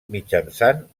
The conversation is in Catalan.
mitjançant